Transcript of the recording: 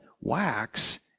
wax